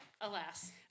alas